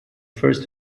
first